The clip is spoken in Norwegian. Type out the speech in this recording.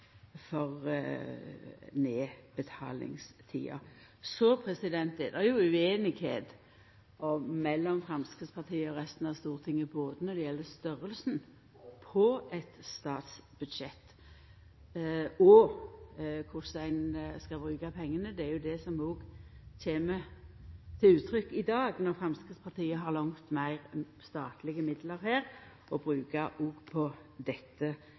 nedbetalingstida. Så er det ueinigheit mellom Framstegspartiet og resten av Stortinget når det gjeld både storleiken på eit statsbudsjett og korleis ein skal bruka pengane. Det kjem òg til uttrykk i dag, når Framstegspartiet har langt fleire statlege midlar å bruka òg på dette